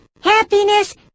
Happiness